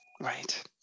Right